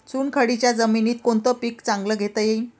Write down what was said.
चुनखडीच्या जमीनीत कोनतं पीक चांगलं घेता येईन?